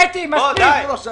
קטי, מספיק.